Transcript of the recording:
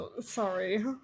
Sorry